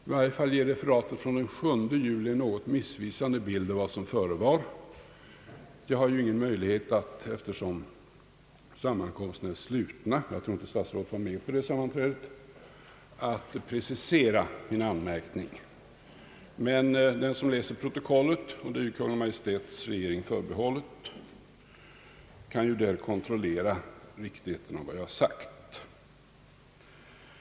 I varje fall ger referatet från den 7 juli en något missvisande bild av vad som förevar. Eftersom sammankomsterna är slutna, har jag ingen möjlighet att precisera min anmärkning — jag tror inte att statsrådet Wickman var med vid det sammanträdet — men den som läser protokollet, och det är ju Kungl. Maj:ts regering förbehållet, kan där kontrollera riktigheten av vad jag sagt.